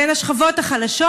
בין השכבות החלשות?